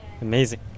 amazing